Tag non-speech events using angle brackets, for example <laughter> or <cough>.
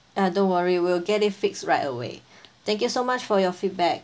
uh don't worry we'll get it fixed right away <breath> thank you so much for your feedback